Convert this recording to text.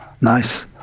Nice